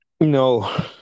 No